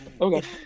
Okay